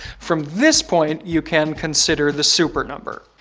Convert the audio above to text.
from this point, you can consider the super number.